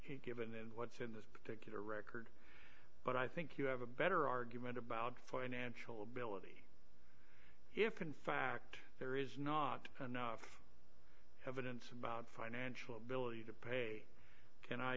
given and what's in this particular record but i think you have a better argument about financial ability if in fact there is not enough evidence about financial ability to pay can i